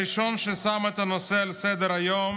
הראשון ששם את הנושא על סדר-היום